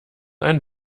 ein